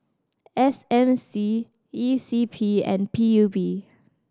S M C E C P and P U B